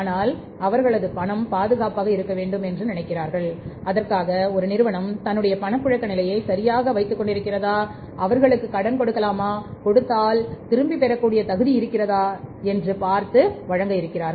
ஆனால் அவரது பணம் பாதுகாப்பாக இருக்க வேண்டும் என்று நினைக்கிறார்கள் அதற்காக ஒரு நிறுவனம் தன்னுடைய பணப்புழக்க நிலையை சரியாக வைத்துக் கொண்டிருக்கிறதா இவர்களுக்கு கடன் கொடுக்கலாமா கொடுத்தால் திருப்பி பெறக்கூடிய தகுதி இருக்கிறதா என்று பார்த்து வழங்க இருக்கிறார்கள்